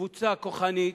לקבוצה כוחנית,